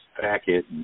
packet